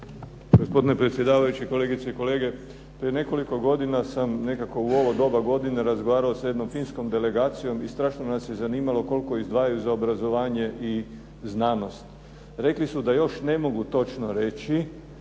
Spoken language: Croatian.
Gospodine predsjedavajući, kolegice i kolege. Prije nekoliko godina sam, nekako u ovo doba godine razgovarao sa jednom finskom delegacijom i strašno nas je zanimalo koliko izdvajaju za obrazovanje i znanost. Rekli su da još ne mogu točno reći,